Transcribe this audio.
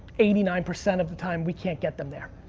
eighty nine percent of the time, we can't get them there.